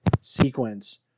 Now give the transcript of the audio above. sequence